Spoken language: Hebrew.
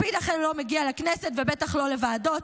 לפיד אכן לא מגיע לכנסת ובטח לא לוועדות.